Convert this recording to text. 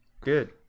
Good